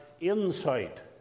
insight